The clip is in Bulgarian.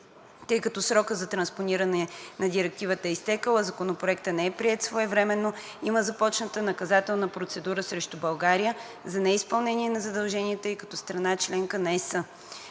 Тъй като срокът за транспониране на Директивата е изтекъл, а Законопроектът не е приет своевременно, има започнала наказателна процедура срещу България за неизпълнение на задълженията ѝ като страна – членка на ЕС.